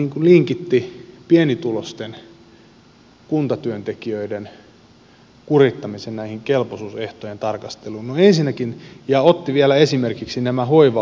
hän linkitti pienituloisten kuntatyöntekijöiden kurittamisen tähän kelpoisuusehtojen tarkasteluun ja otti vielä esimerkiksi nämä hoiva avustajat